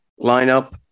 lineup